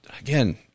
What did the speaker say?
Again